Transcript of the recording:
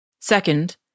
Second